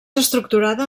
estructurada